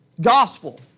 gospel